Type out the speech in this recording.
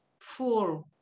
four